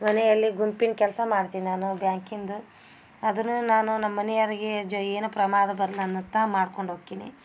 ಮನೆಯಲ್ಲಿ ಗುಂಪಿನ ಕೆಲಸ ಮಾಡ್ತೀನಿ ನಾನು ಬ್ಯಾಂಕಿನ್ದು ಅದನ್ನು ನಾನು ನಮ್ಮನೆಯರಿಗೆ ಜ ಏನು ಪ್ರಮಾದ ಬರ್ಲ ಅನ್ನುತ್ತ ಮಾಡ್ಕೊಂಡು ಹೋಕ್ಕಿನಿ